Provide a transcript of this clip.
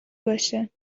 باشه